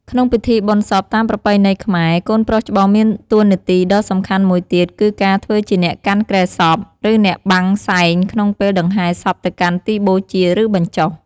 ក្នុងពិធីបុណ្យសពតាមប្រពៃណីខ្មែរ កូនប្រុសច្បងមានតួនាទីដ៏សំខាន់មួយទៀត គឺការធ្វើជាអ្នកកាន់គ្រែសព ឬអ្នកបាំងសែងក្នុងពេលដង្ហែសពទៅកាន់ទីបូជា ឬបញ្ចុះ។